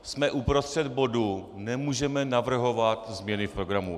Jsme uprostřed bodu, nemůžeme navrhovat změny v programu.